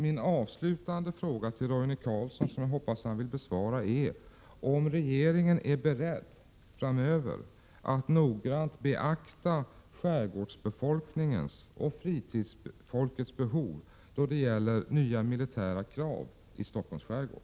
Min avslutande fråga till Roine Carlsson, som jag hoppas att han vill besvara, är om regeringen framöver är beredd att noga beakta skärgårdsbefolkningens och fritidsfolkets önskemål när det handlar om nya militära krav i Stockholms skärgård.